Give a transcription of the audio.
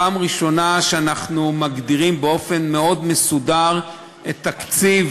פעם ראשונה שאנחנו מגדירים באופן מאוד מסודר את תקציב